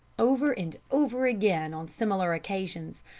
over and over again, on similar occasions,